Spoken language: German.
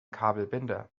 kabelbinder